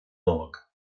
nollag